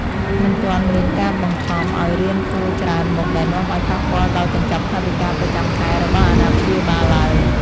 មិនទាន់មានការបង្ខំឱ្យរៀនគួរច្រើនមុខដែលនាំឱ្យប៉ះពាល់ដល់កញ្ចប់ថវិកាប្រចាំខែរបស់អាណាព្យាបាលឡើយ។